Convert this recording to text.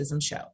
show